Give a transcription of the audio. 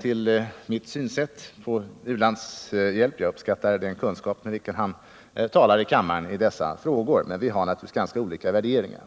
till min syn på u-landshjälp. Jag uppskattar den kunskap med vilken han talar här i kammaren i dessa frågor, men vi har naturligtvis ganska olika värderingar.